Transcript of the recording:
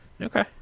Okay